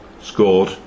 scored